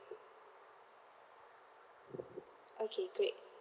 okay great